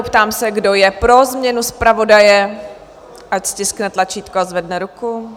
Ptám se, kdo je pro změnu zpravodaje, ať stiskne tlačítko a zvedne ruku.